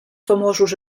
famosos